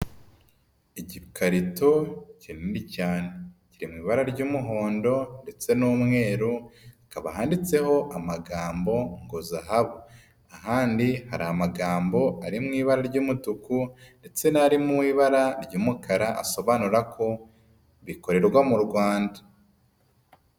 Igikarito kinini cyane kiri mu ibara ry'umuhondo ndetse n'umweru, hakaba handitseho amagambo ngo zahabu. Ahandi hari amagambo ari mu ibara ry'umutuku ndetse n'ari mu ibara ry'umukara asobanura ko bikorerwa mu Rwanda.